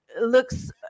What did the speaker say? looks